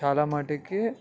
చాలా మట్టుకు